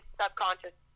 subconscious